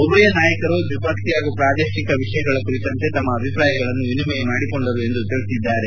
ಉಭಯ ನಾಯಕರು ದ್ವಿಪಕ್ಷೀಯ ಹಾಗೂ ಪ್ರಾದೇಶಿಕ ವಿಷಯಗಳ ಕುರಿತಂತೆ ತಮ್ಮ ಅಭಿಪ್ರಾಯಗಳನ್ನು ವಿನಿಮಯ ಮಾಡಿಕೊಂಡರು ಎಂದು ಹೇಳಿದ್ದಾರೆ